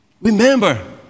remember